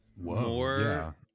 More